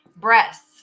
breasts